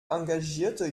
engagierte